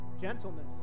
Gentleness